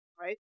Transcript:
right